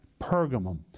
Pergamum